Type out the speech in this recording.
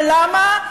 ולמה?